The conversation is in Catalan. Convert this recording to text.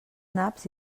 naps